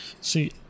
see